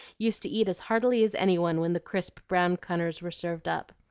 used to eat as heartily as any one when the crisp brown cunners were served up.